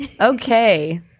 Okay